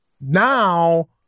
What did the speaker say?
now